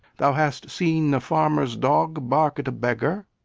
thou hast seen a farmer's dog bark at a beggar?